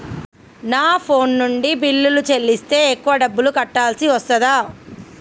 నా ఫోన్ నుండి బిల్లులు చెల్లిస్తే ఎక్కువ డబ్బులు కట్టాల్సి వస్తదా?